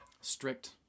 strict